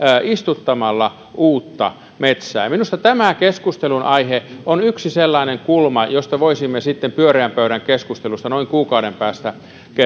istuttamalla uutta metsää minusta tämä keskustelunaihe on yksi sellainen kulma josta voisimme sitten pyöreän pöydän keskustelussa noin kuukauden päästä